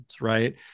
right